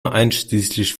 einschließlich